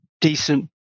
decent